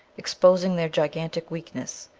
exposing their gigantic weakness,